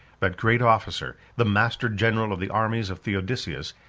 that great officer, the master-general of the armies of theodosius,